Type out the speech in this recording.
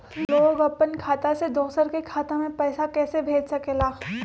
लोग अपन खाता से दोसर के खाता में पैसा कइसे भेज सकेला?